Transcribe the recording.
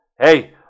hey